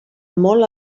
molt